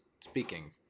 speaking